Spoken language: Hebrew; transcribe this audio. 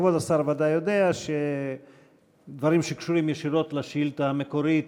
כבוד השר בוודאי יודע שדברים שקשורים ישירות לשאילתה המקורית,